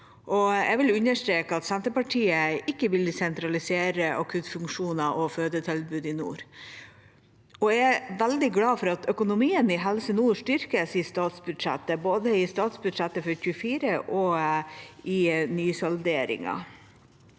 Jeg vil understreke at Senterpartiet ikke vil sentralisere akuttfunksjoner og fødetilbud i nord, og jeg er veldig glad for at økonomien i Helse nord styrkes i statsbudsjettet, både i statsbudsjettet for 2024 og i nysalderingen.